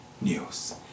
news